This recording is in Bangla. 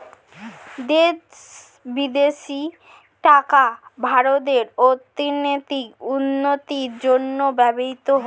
দেশবাসীর টাকা ভারতের অর্থনৈতিক উন্নতির জন্য ব্যবহৃত হয়